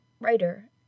writer